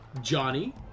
johnny